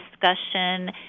discussion